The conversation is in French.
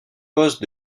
postes